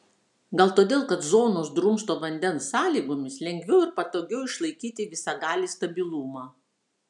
gal todėl kad zonos drumsto vandens sąlygomis lengviau ir patogiau išlaikyti visagalį stabilumą